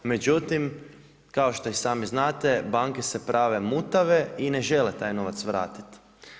Međutim, kao što i sami znate banke se prave mutave i ne žele taj novac vratiti.